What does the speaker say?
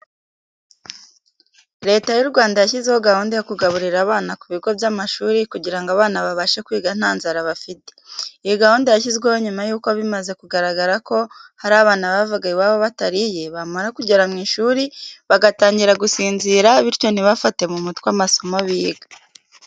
Leta y'u Rwanda yashyizeho gahunda yo kugaburira abana ku bigo by'amashuri kugira ngo abana babashe kwiga nta nzara bafite. Iyi gahunda yashyizweho nyuma yuko bimaze kugaragara ko hari abana bavaga iwabo batariye bamara kugera mu ishuri, bagatangira gusinzira bityo ntibafate mu mutwe amasomo biga.